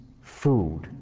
food